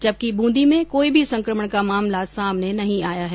जबकि ब्रंदी में कोई भी संक्रमण का मामला सामने नहीं आया है